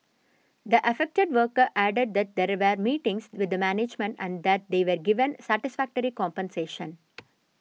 the affected worker added that there there meetings with the management and that they were given satisfactory compensation